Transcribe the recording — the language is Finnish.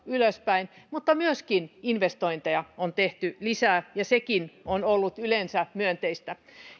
ylöspäin mutta myöskin investointeja on tehty lisää ja sekin on ollut yleensä myönteistä